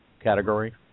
category